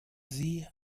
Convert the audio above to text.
sie